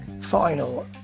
final